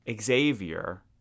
Xavier